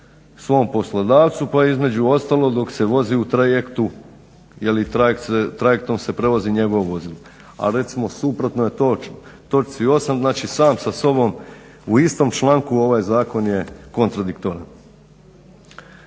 svom poslodavcu, pa između ostalog dok se vozi u trajektu, je li, trajekt se, trajektom se prevozi njegovo vozilo. A recimo suprotno je to točci 8. znači sam sa sobom u istom članku ovaj zakon je kontradiktoran.